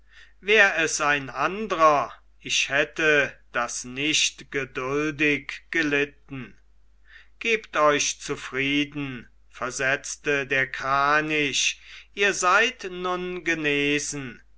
wär es ein andrer ich hätte das nicht geduldig gelitten gebt euch zufrieden versetzte der kranich ihr seid nun genesen